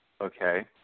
okay